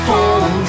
Home